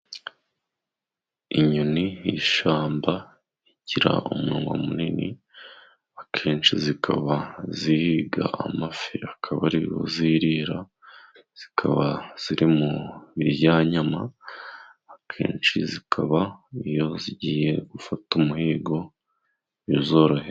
Inyoni z'ishyamba zigira umunwa munini akenshi zikaba zihiga amafi akaba ariyo zirira. zikaba ziri mu biryanyama, akenshi zikaba iyo zigiye gufata umuhigo bizorohera.